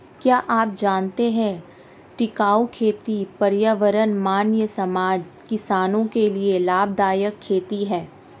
क्या आप जानते है टिकाऊ खेती पर्यावरण, मानवीय समाज, किसानो के लिए लाभदायक खेती है?